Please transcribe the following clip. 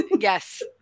yes